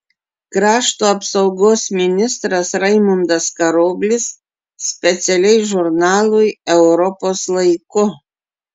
krašto apsaugos ministras raimundas karoblis specialiai žurnalui europos laiku